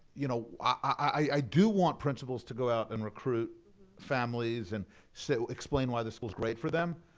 you know, i do want principals to go out and recruit families and so explain why the school's great for them,